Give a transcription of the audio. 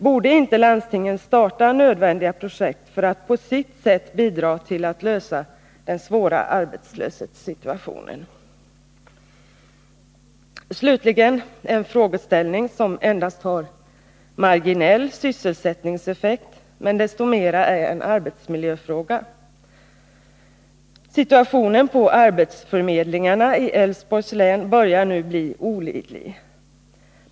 Borde inte landstingen starta nödvändiga projekt för att på sitt sätt bidra till att lösa den svåra arbetslöshetssituationen? Slutligen en frågeställning som har marginell sysselsättningseffekt men desto större betydelse för arbetsmiljön. Situationen på arbetsförmedlingarna i Älvsborgs län börjar nu bli olidlig.